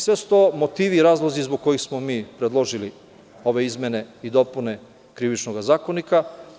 Sve su to motivi i razlozi zbog koji smo mi predložili ove izmene i dopune Krivičnog zakonika.